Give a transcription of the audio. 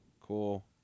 cool